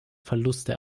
verluste